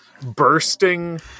bursting